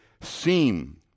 seem